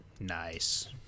Nice